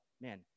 man